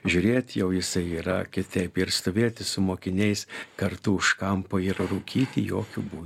žiūrėt jau jisai yra kitaip ir stovėti su mokiniais kartu už kampo ir rūkyti jokiu būdu